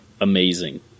amazing